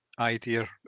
idea